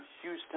Houston